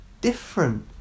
different